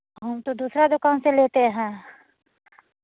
हम तो दूसरा दुकान से लेते हैं